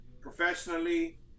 professionally